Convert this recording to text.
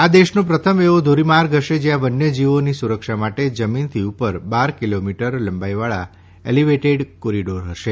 આ દેશનો પ્રથમ એવો ધોરીમાર્ગ હશે જ્યાં વન્યજીવોની સુરક્ષા માટે જમીનથી ઉપર બાર કિલોમીટર લંબાઈવાળા એલિવેટેડ કોરીડોર હશે